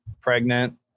pregnant